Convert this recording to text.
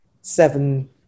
seven